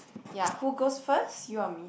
yea who go first you or me